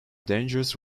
dangerous